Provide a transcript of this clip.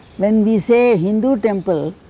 when we say hindu temple,